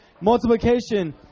Multiplication